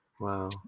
wow